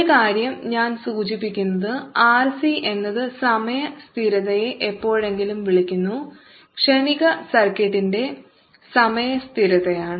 ഒരു കാര്യം ഞാൻ സൂചിപ്പിക്കുന്നത് ആർസി എന്നത് സമയ സ്ഥിരതയെ എപ്പോഴെങ്കിലും വിളിക്കുന്നു ക്ഷണിക സർക്യൂട്ടിന്റെ സമയ സ്ഥിരതയാണ്